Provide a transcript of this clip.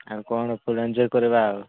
ଆଉ କ'ଣ full enjoy କରିବା ଆଉ